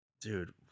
Dude